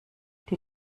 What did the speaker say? die